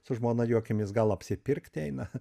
su žmona juokiamės gal apsipirkt eina